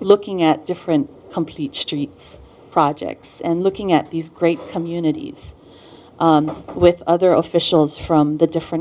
looking at different complete streets projects and looking at these great communities with other officials from the different